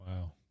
wow